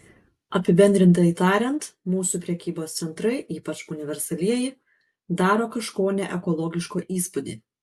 apibendrintai tariant mūsų prekybos centrai ypač universalieji daro kažko neekologiško įspūdį